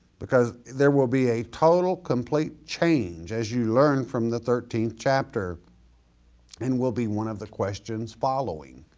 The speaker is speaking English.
because there will be a total complete change as you learn from the thirteenth chapter and will be one of the questions following.